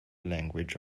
language